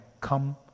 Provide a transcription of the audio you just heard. come